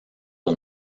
aux